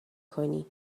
کنی